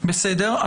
בסדר.